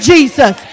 Jesus